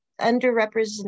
underrepresented